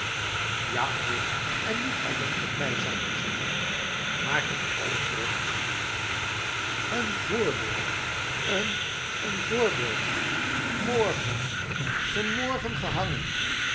ja heer en niet alleen tot mij zeiden ze dat maar tot al het volk een voorbeeld een een voorbeeld morgen ge morgen gehangen